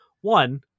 one